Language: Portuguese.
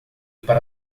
para